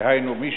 דהיינו מי